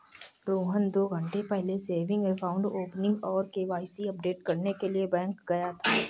रोहन दो घन्टे पहले सेविंग अकाउंट ओपनिंग और के.वाई.सी अपडेट करने के लिए बैंक गया था